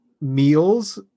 meals